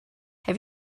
have